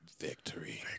Victory